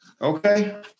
Okay